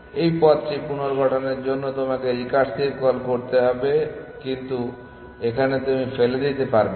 এই পথটি পুনর্গঠনের জন্য তোমাকে রিকার্সিভ কল করতে হবে কিন্তু এখানে তুমি ফেলে দিতে পারবে না